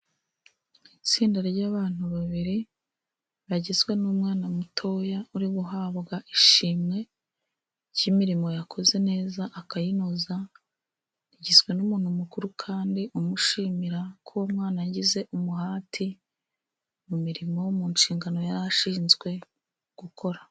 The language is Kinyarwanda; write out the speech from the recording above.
Itsinda ry'abantu babiri, bagizwe n'umwana mutoya. Uri guhabwa ishimwe ry'imirimo yakoze neza akayinoza. Rigizwe n'umuntu mukuru kandi umushimira kuba umwana yaragize umuhati. Mu mirimo ,mu nshingano yari ashinzwe gukora.